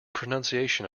pronunciation